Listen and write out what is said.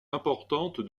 importante